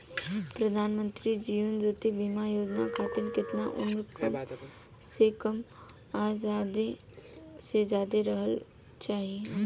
प्रधानमंत्री जीवन ज्योती बीमा योजना खातिर केतना उम्र कम से कम आ ज्यादा से ज्यादा रहल चाहि?